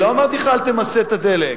אני לא אומר לך: אל תמסה את הדלק.